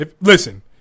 Listen